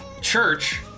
church